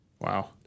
Wow